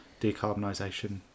decarbonisation